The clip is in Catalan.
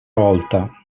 volta